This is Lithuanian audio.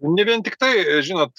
ne vien tiktai žinot